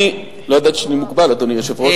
לא ידעתי שאני מוגבל, אדוני היושב-ראש,